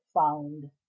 found